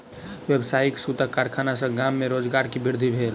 व्यावसायिक सूतक कारखाना सॅ गाम में रोजगार के वृद्धि भेल